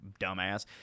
dumbass